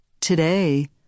Today